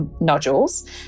nodules